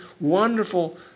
wonderful